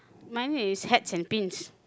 mine is hats and pins